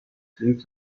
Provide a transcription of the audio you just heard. klingt